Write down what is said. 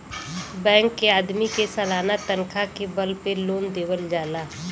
bank के आदमी के सालाना तनखा के बल पे लोन देवल जाला